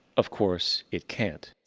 of course, it can't.